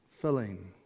Filling